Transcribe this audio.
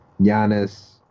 Giannis